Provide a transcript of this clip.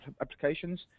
applications